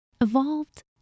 evolved